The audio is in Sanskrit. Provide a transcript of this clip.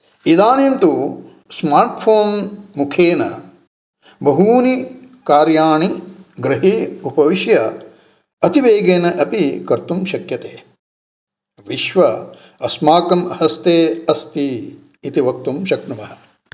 इदानीं तु स्मार्टफोन् मुख्येन बहूनि कार्याणि गृहे उपविश्य अतिवेगेन अपि कर्तुं शक्यते विश्वम् अस्माकं हस्ते अस्ति इति वक्तुं शक्नुमः